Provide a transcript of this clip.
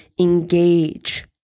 engage